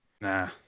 Nah